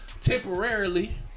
temporarily